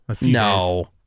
No